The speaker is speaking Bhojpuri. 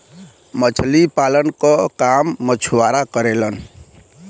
मछरी पालन के काम मछुआरा करेलन